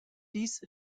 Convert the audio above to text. dies